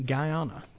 Guyana